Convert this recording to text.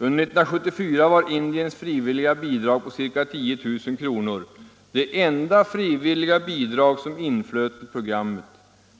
Under 1974 var Indiens frivilliga bidrag på ca 10000 kr. det enda frivilliga bidrag som inflöt till programmet.